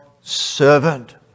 servant